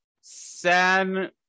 san